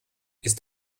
ist